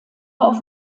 auf